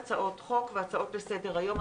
הנושא הבא, קביעת מכסות הצעות חוק והצעות רגילות